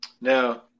Now